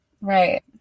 right